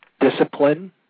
discipline